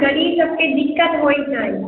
गरीब सबके दिक्कत होइ छै